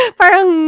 parang